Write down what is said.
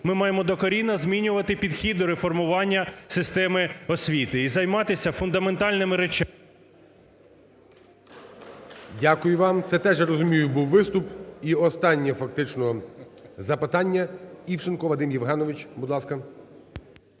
Ми маємо докорінно змінювати підхід до реформування системи освіти і займатися фундаментальними речами. ГОЛОВУЮЧИЙ. Дякую вам. Це теж, я розумію, був виступ. І останнє фактично запитання. Івченко Вадим Євгенович, будь ласка.